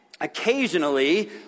Occasionally